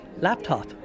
laptop